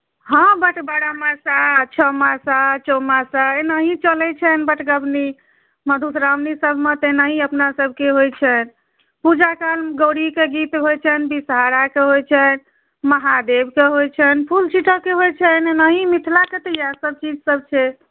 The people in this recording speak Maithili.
हँ बारहमासा छओमासा चौमासा एनाही चलैत छनि बटगवनी मधुश्रावणीसभमे तऽ एनाही अपनासभकेँ होइत छनि पूजा कालमे गौरीके गीत होइत छनि विषहाराके होइत छनि महादेवके होइत छनि फूल छीटयके होइत छनि एनाही मिथिलाके तऽ इएहसभ चीजसभ छै